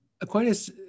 Aquinas